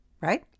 right